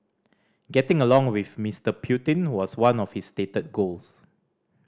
getting along with Mister Putin was one of his stated goals